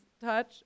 touch